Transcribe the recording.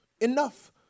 enough